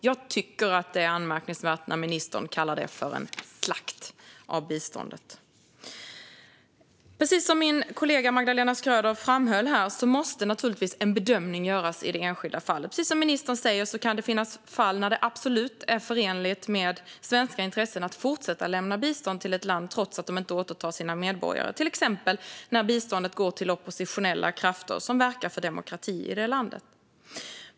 Jag tycker att det är anmärkningsvärt att ministern kallar det för en slakt av biståndet. Som min kollega Magdalena Schröder framhöll måste naturligtvis en bedömning göras i de enskilda fallen. Precis som ministern säger kan det finnas fall där det absolut är förenligt med svenska intressen att fortsätta att lämna bistånd till ett land trots att de inte återtar sina medborgare, till exempel när biståndet går till oppositionella krafter som verkar för demokrati i det landet.